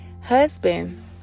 Husband